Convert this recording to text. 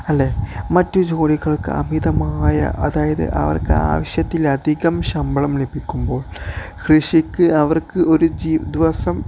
അല്ലേ മറ്റ് ജോലികൾക്ക് അമിതമായ അതായത് അവർക്ക് ആവശ്യത്തിലധികം ശമ്പളം ലഭിക്കുമ്പോൾ കൃഷിക്ക് അവർക്ക് ഒരു ദിവസം